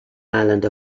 island